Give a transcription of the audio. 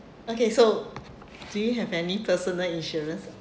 okay so do you have any personal insurance